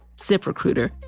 ZipRecruiter